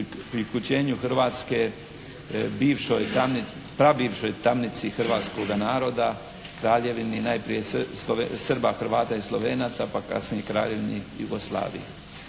priključenju Hrvatske bivšoj, pa bivšoj tamnici hrvatskoga naroda Kraljevini, najprije Srba, Hrvata i Slovenaca, pa kasnije Kraljevini Jugoslaviji.